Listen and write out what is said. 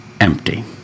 empty